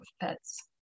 pets